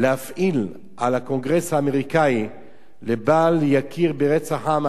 לחץ על הקונגרס האמריקני לבל יכיר ברצח העם הארמני,